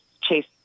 chase